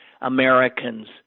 Americans